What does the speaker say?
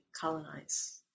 colonize